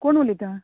कोण उलयता